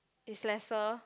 is lesser